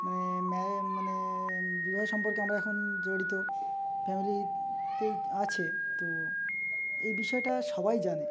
মানে ম্যা মানে বিবাহ সম্পর্কে আমরা এখন জড়িত ফ্যামিলিতেই আছে তো এই বিষয়টা সবাই জানে